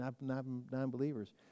non-believers